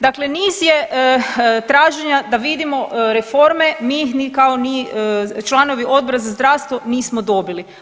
Dakle, niz je traženja da vidimo reforme mi ih kao ni članovi Odbora za zdravstvo nismo dobili.